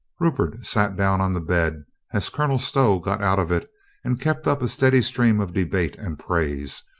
rupert sat down on the bed as colonel stow got out of it and kept up a steady stream of debate and praise,